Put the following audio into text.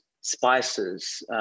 spices